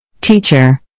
Teacher